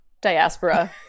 Diaspora